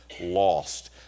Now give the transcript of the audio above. lost